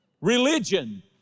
Religion